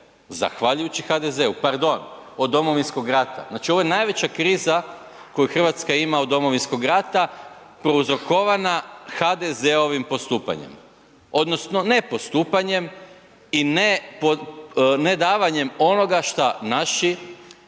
zahvaljujući HDZ-u, pardon, od Domovinskog rata. Znači ovo je najveća kriza koju Hrvatska ima od Domovinskog rata prouzrokovana HDZ-ovim postupanjem, odnosno nepostupanjem i ne davanjem onoga šta naši